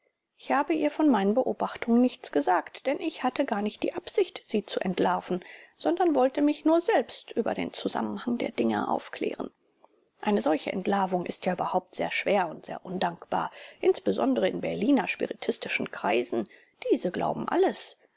ich habe ihr von meinen beobachtungen nichts gesagt denn ich hatte gar nicht die absicht sie zu entlarven sondern wollte mich nur selbst über den zusammenhang der dinge aufklären eine solche entlarvung ist ja überhaupt sehr schwer und sehr undankbar insbesondere in berliner spiritistischen kreisen diese glauben alles